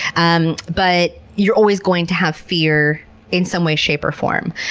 um but you're always going to have fear in some way, shape, or form.